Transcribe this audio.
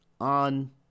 on